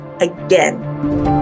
again